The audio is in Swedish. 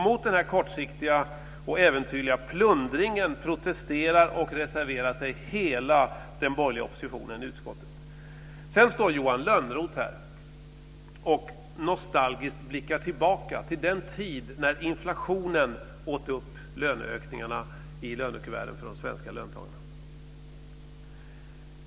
Mot denna kortsiktiga och äventyrliga plundring protesterar och reserverar sig hela den borgerliga oppositionen i utskottet. Johan Lönnroth står här och blickar nostalgiskt tillbaka till den tid när inflationen åt upp löneökningarna i lönekuverten för de svenska löntagarna.